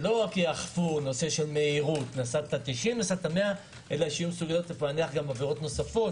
שלא רק יאכפו נושא של מהירות אלא שיהיו מסוגלות לפענח גם עבירות נוספות